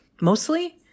Mostly